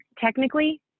technically